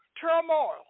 turmoil